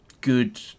good